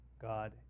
God